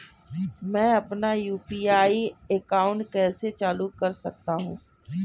मैं अपना UPI account कैसे चालू कर सकता हूँ?